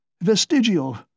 Vestigial